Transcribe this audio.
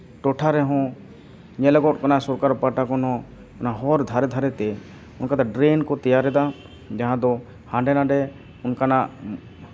ᱴᱚᱴᱷᱟ ᱨᱮᱦᱚᱸ ᱧᱮᱞᱚᱜ ᱠᱟᱱᱟ ᱥᱚᱨᱠᱟᱨ ᱯᱟᱦᱴᱟ ᱠᱷᱚᱱ ᱦᱚᱸ ᱚᱱᱟ ᱦᱚᱨ ᱫᱷᱟᱨᱮ ᱫᱷᱟᱨᱮᱛᱮ ᱚᱱᱠᱟᱱᱟᱜ ᱰᱨᱮᱱ ᱠᱚ ᱛᱮᱭᱟᱨᱮᱫᱟ ᱡᱟᱦᱟᱸ ᱫᱚ ᱦᱟᱰᱮ ᱱᱟᱰᱮ ᱤᱱᱠᱟᱱᱟᱜ